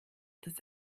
das